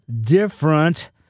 different